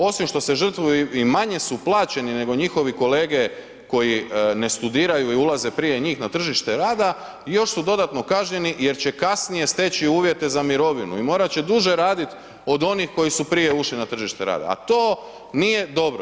Osim što se žrtvuju i manje su plaćeni nego njihovi kolege koji ne studiraju i ulaze prije njih na tržište rada, još su dodatno kažnjeni jer će kasnije steći uvjete za mirovinu i morat će duže raditi od onih koji su prije ušli na tržište rada, a to nije dobro.